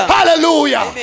Hallelujah